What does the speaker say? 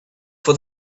for